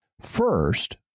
First